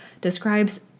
describes